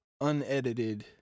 unedited